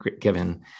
given